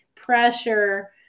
Pressure